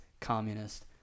communist